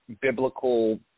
biblical